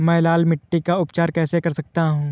मैं लाल मिट्टी का उपचार कैसे कर सकता हूँ?